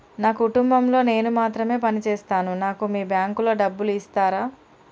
నా కుటుంబం లో నేను మాత్రమే పని చేస్తాను నాకు మీ బ్యాంకు లో డబ్బులు ఇస్తరా?